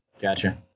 Gotcha